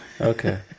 Okay